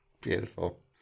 Beautiful